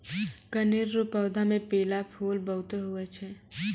कनेर रो पौधा मे पीला फूल बहुते हुवै छै